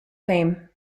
fame